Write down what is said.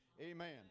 amen